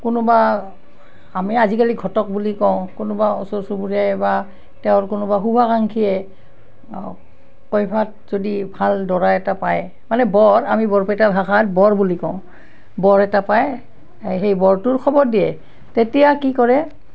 কোনোবা আমি আজিকালি ঘটক বুলি কওঁ কোনোবা ওচৰ চুবুৰীয়াই বা তেওঁৰ কোনোবা শুভাকাংক্ষীয়ে কইভাত যদি ভাল দৰা এটা পায় মানে বৰ আমি বৰপেইটা ভাষাত বৰ বুলি কওঁ বৰ এটা পায় সেই বৰটোৰ খবৰ দিয়ে তেতিয়া কি কৰে